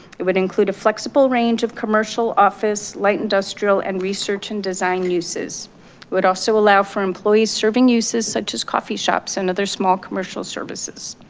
it would include a flexible range of commercial, office, light industrial, and research and design uses would also allow for employees serving uses such as coffee shops and other small commercial services.